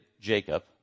Jacob